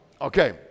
Okay